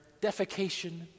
defecation